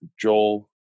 Joel